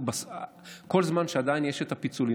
כל זמן שעדיין יש את הפיצולים,